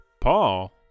Paul